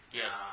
yes